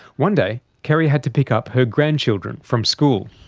one day, kerrie had to pick up her grandchildren from school.